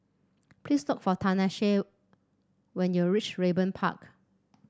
please look for Tanesha when you reach Raeburn Park